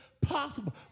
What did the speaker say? possible